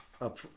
up